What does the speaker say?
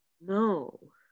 No